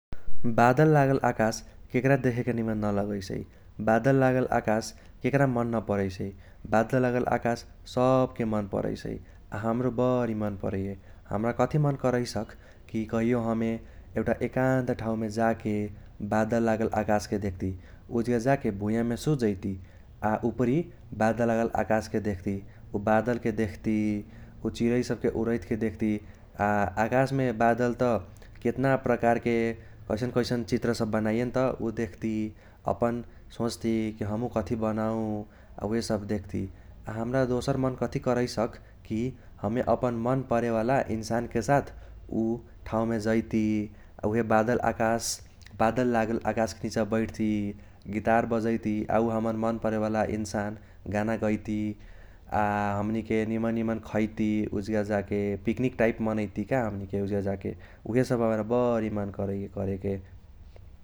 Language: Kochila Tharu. बादल लागल आकाश केकरा देखेके निमन न लगैसै । बादल लागल आकाश सबके मन परैसै । आ हमरो बरी मन परैये, हमरा कथी मन करैसक कि कहियो हमे एउटा एकान्त ठाउमे जाके बादल लागल आकाशके देख्ति । उजगा जाके भुईयामे सुत जैति आ उपरि बादल लागल आकाशके देख्ति, उ बादलके देख्ति उ चिरै सबके उरैतके देख्ति । आ आकाशमे बादल त केतना प्रकारके कैसन कैसन चित्र सब बनाइये नत उ देख्ति । अपन सोच्ति कि हमहू कथी बनाऊ आ उहे सब देख्ति । आ हमरा दोसर मन कथी करैसक कि हमे अपन मन परेवाला इन्सानके साथ उ ठाउमे जैति । आ उहे बादल आकाश बादल लागल आकाशके नीचा बैठति, गितार बजैति आ उ हमर मन परेवाला इन्सान गाना गैति । आ हमनीके निमन निमन खैति उजगा जाके पिक्निक टाइप मनैति का हमनीके उजगा जाके । उहे सब हमरा बरी मन करैये करेके।